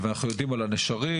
ואנחנו יודעים על הנשרים.